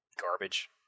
garbage